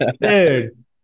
dude